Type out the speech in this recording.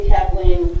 Kathleen